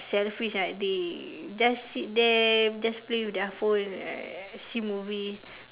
selfish ah they just sit there just play with their phone uh see movie